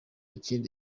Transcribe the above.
iki